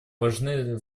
важны